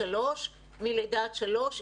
מלידה עד שלוש,